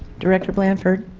director blanford